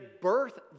birth